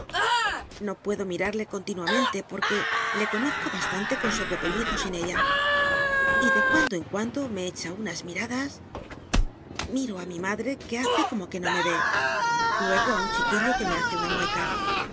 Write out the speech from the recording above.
no puedo mirarle continuamento i orque le conozco bastante con sobrepelliz sin ella y de cuando en cuando me echa unas biblioteca nacional de españa da vld copperfjelo mitadas ljiro ú mi ma lre que hace como ue no me e luego ú un chiquillo que me hace una mueca